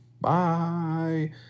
Bye